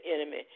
enemy